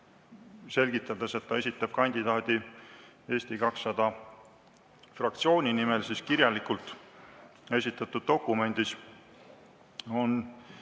selgitades, et ta esitab kandidaadi Eesti 200 fraktsiooni nimel, siis kirjalikult esitatud dokumendis on